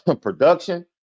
production